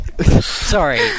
Sorry